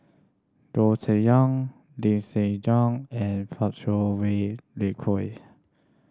Goh Cheng Liang Lim Siong Guan and Fang Kuo Wei